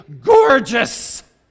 gorgeous